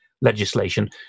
legislation